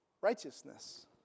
righteousness